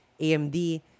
AMD